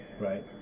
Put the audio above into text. right